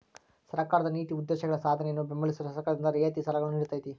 ಸರ್ಕಾರದ ನೀತಿ ಉದ್ದೇಶಗಳ ಸಾಧನೆಯನ್ನು ಬೆಂಬಲಿಸಲು ಸರ್ಕಾರದಿಂದ ರಿಯಾಯಿತಿ ಸಾಲಗಳನ್ನು ನೀಡ್ತೈತಿ